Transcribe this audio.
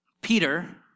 Peter